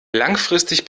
langfristig